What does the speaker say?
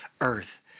earth